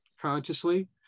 consciously